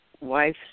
wife